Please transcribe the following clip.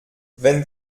wenn